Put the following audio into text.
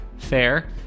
fair